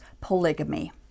polygamy